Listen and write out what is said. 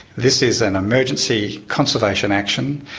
this is an emergency conservation action,